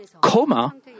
coma